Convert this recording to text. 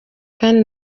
kandi